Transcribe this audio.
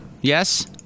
Yes